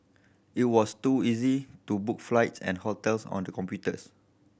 it was too easy to book flights and hotels on the computers